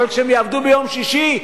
אבל כשהם יעבדו ביום שישי,